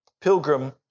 Pilgrim